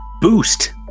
boost